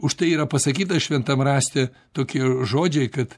už tai yra pasakyta šventam rašte tokie žodžiai kad